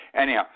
Anyhow